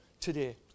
today